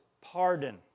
pardon